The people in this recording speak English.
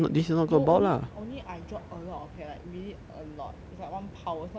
no only only I drop a lot of hair like really a lot it's like one pile it's not even like